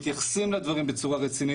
מתייחסים לדברים בצורה רצינית.